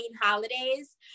holidays